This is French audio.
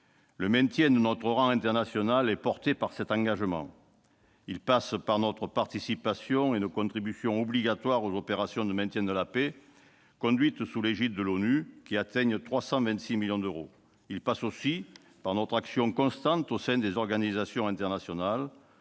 Le maintien de notre rang international est porté par cet engagement. Il passe par notre participation et nos contributions obligatoires aux opérations de maintien de la paix conduites sous l'égide de l'ONU, qui atteignent 326 millions d'euros. Il passe aussi par notre action constante au sein des organisations internationales.